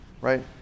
right